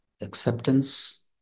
acceptance